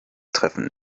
treffen